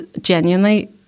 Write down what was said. genuinely